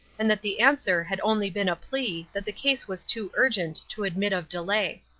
and that the answer had only been a plea that the case was too urgent to admit of delay.